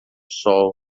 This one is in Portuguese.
sol